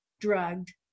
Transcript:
drugged